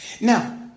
Now